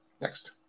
next